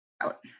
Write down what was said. out